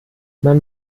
man